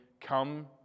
come